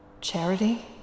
Charity